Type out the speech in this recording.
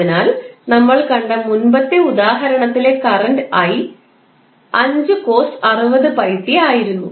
അതിനാൽ നമ്മൾ കണ്ട മുൻപത്തെ ഉദാഹരണത്തിലെ കറൻറ് i 5 cos 60𝜋𝑡 ആയിരുന്നു